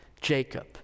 Jacob